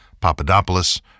Papadopoulos